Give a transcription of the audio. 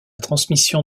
transmission